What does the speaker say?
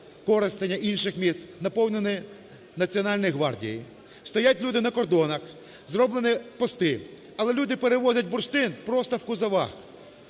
Коростеня, інших міст наповнені Національною гвардією, стоять люди на кордонах, зроблені пости. Але люди перевозять бурштин просто в кузовах.